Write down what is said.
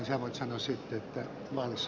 sevon sanoo sitten vain s